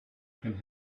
can